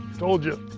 told you.